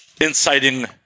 inciting